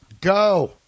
Go